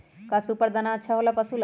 का सुपर दाना अच्छा हो ला पशु ला?